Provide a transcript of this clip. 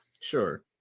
Sure